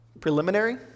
Preliminary